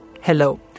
hello